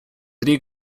рік